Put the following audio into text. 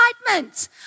excitement